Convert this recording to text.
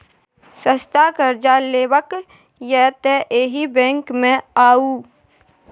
सस्ता करजा लेबाक यै तए एहि बैंक मे आउ